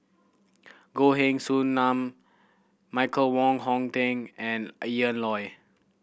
Goh Heng Soon Michael Wong Hong Teng and Ian Loy